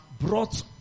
brought